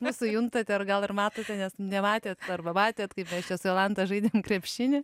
nesujungta ten gal ir matosi nes nematėt arba matėt kaip mes čia su jolanta žaidėm krepšinį